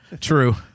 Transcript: true